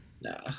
No